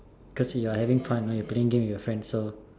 cause you are having fun right you're playing game with your friends so